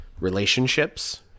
relationships